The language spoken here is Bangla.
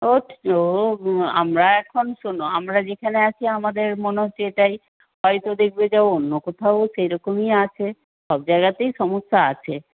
ও ও আমরা এখন শোনো আমরা যেখানে আছি আমাদের মনে হচ্ছে এটাই হয়তো দেখবে যাও অন্য কোথাও সেই রকমই আছে সব জায়গাতেই সমস্যা আছে